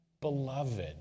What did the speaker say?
beloved